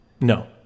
No